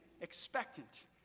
expectant